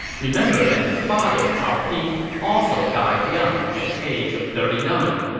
remember that his father, cao pi, also died young, at the age of thirty nine.